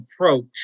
approach